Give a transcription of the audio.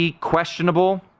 questionable